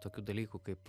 tokių dalykų kaip